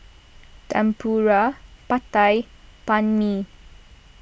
Tempura Pad Thai and Banh Mi